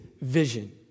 vision